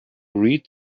read